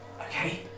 Okay